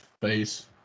face